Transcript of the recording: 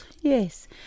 yes